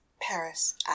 Paris